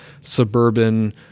suburban